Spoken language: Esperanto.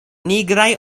nigraj